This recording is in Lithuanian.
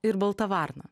ir balta varna